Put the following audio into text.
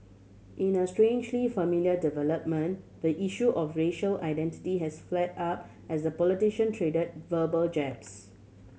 in a strangely familiar development the issue of racial identity has flared up as the politician traded verbal jabs